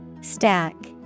Stack